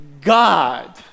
god